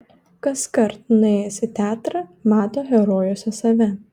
kaskart nuėjęs į teatrą mato herojuose save